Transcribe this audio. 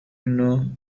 know